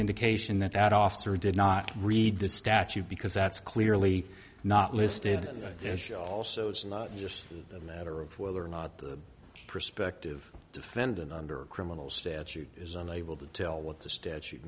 indication that that officer did not read the statute because that's clearly not listed also it's not just a matter of whether or not the prospective defendant under a criminal statute is unable to tell what the statute